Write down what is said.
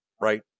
right